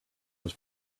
was